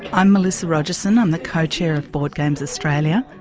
i'm melissa rogerson, um the co-chair of boardgames australia.